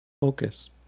focus